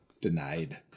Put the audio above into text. Denied